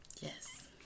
Yes